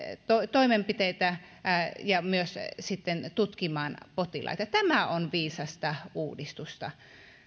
toimenpiteitä ja myös sitten tutkimaan potilaita tämä on viisasta uudistusta